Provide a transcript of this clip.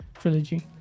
trilogy